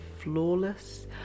flawless